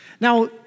Now